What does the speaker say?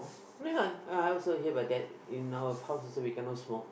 ya I also hear about in our house also we cannot smoke